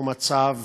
הוא מצב